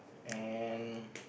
and